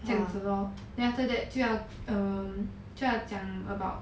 then after that 就要 um 就要讲 about